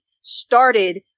started